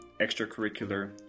extracurricular